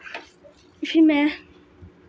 फ्ही में